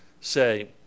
say